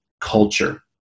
culture